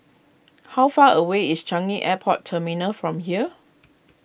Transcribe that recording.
how far away is Changi Airport Terminal from here